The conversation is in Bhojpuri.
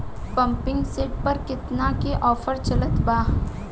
पंपिंग सेट पर केतना के ऑफर चलत बा?